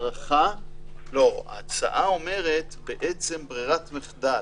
לא, ההצעה אומרת בעצם ברירת מחדל.